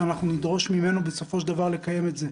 שאנחנו נדרוש ממנו בסופו של דבר לקיים את זה.